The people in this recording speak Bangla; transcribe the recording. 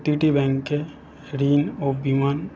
প্রতিটি ব্যাঙ্কে ঋণ ও বীমার